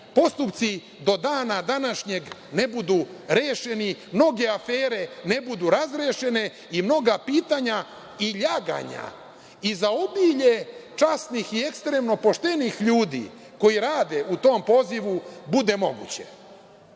postupci do dana današnjeg ne budu rešeni, mnoge afere ne budu razrešene i mnoga pitanja i ljaganja i zaobilje časnih i poštenih ljudi koji rade u tom pozivu bude